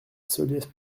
solliès